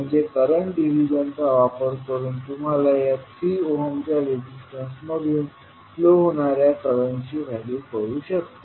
म्हणजे करंट डिव्हिजनचा वापर करून तुम्हाला या 3 ओहमच्या रेजिस्टन्स मधून फ्लो होणाऱ्या करंटची व्हॅल्यू कळू शकेल